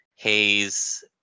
Hayes